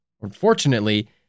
Unfortunately